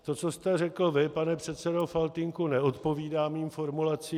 To, co jste řekl vy, pane předsedo Faltýnku, neodpovídá mým formulacím.